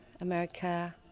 America